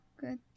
good